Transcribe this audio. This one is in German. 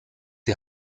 die